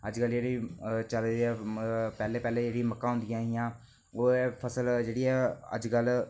अजकल जेहड़े चला दे पैह्लें पैह्लें जेहड़ी मक्कां होंदियां हियां ओह् अजै फसल जेहड़ी अजकल